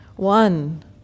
One